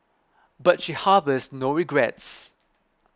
but she harbours no regrets